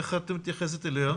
איך את מתייחסת אליה?